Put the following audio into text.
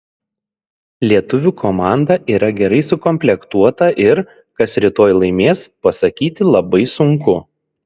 lietuvių komanda yra gerai sukomplektuota ir kas rytoj laimės pasakyti labai sunku